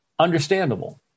Understandable